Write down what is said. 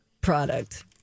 product